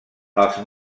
els